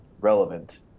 relevant